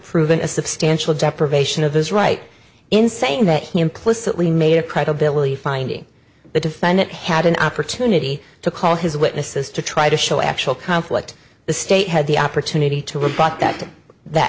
proven as of stance deprivation of his right in saying that he implicitly made a credibility finding the defendant had an opportunity to call his witnesses to try to show actual conflict the state had the opportunity to rebut that that